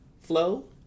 Flow